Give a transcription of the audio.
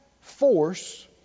force